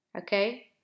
Okay